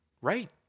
right